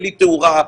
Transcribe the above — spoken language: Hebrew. בלי תאורה,